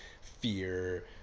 fear